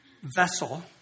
vessel